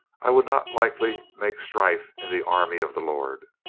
i would not lightly make strife in the army of the lord.